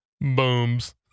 Booms